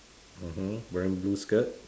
mmhmm wearing blue skirt